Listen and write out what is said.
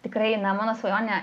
tikrai na mano svajonė